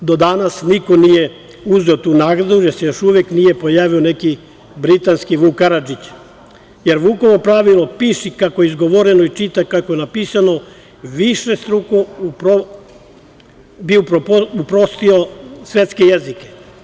Do danas niko nije uzeo tu nagradu, jer se još uvek nije pojavio neki britanski Vuk Karadžić, jer Vukovo pravilo – „Piši kako je izgovoreno, čitaj kako je natpisano“ višestruko bi uprostio svetske jezike.